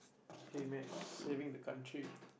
okay man saving the country